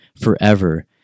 forever